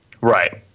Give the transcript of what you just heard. Right